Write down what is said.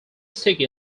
sticky